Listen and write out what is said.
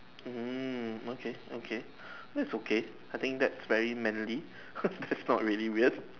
mm okay okay that's okay I think that's very manly that's not really weird